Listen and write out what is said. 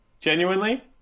genuinely